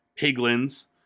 piglins